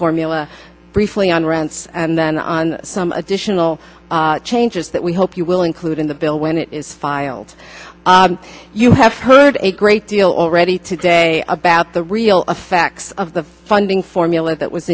formula briefly on rense and then on some additional changes that we hope you will include in the bill when it is filed you have heard a great deal already today about the real effects of the funding formula that was